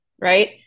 Right